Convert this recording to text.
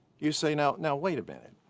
you say now now wait a minute,